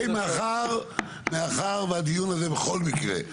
מאחר והדיון הזה בכל מקרה,